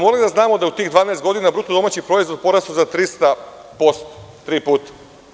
Molim vas, znamo da je u tih 12 godina BDP porastao za 300%, tri puta.